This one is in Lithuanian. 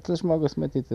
tas žmogus matyt